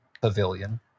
pavilion